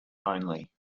only